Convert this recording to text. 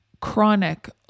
chronic